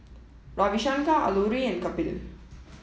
Ravi Shankar Alluri and Kapil